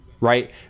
right